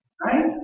Right